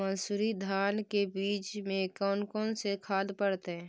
मंसूरी धान के बीज में कौन कौन से खाद पड़तै?